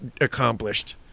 accomplished